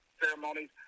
ceremonies